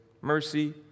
mercy